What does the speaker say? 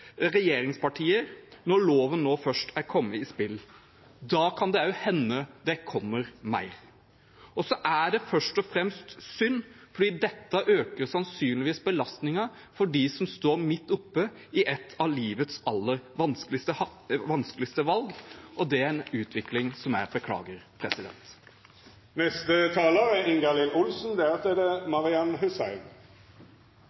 regjeringspartier, når loven nå først er kommet i spill. Da kan det også hende det kommer mer. Dette er først og fremst synd fordi det sannsynligvis øker belastningen for dem som står midt oppe i et av livets aller vanskeligste valg, og det er en utvikling som er